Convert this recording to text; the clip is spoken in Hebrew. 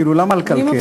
כאילו, למה לקלקל?